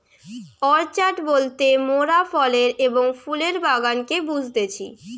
orchard বলতে মোরাফলের এবং ফুলের বাগানকে বুঝতেছি